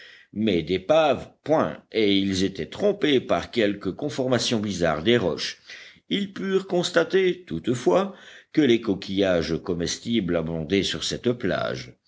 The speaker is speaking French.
mais d'épave point et ils étaient trompés par quelque conformation bizarre des roches ils purent constater toutefois que les coquillages comestibles abondaient sur cette plage